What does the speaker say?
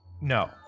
No